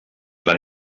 van